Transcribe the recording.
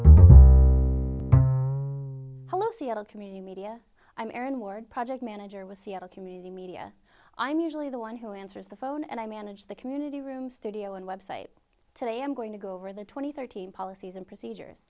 hello seattle community media i'm aaron ward project manager with c l community media i'm usually the one who answers the phone and i manage the community room studio and web site today i'm going to go over the twenty thirteen policies and procedures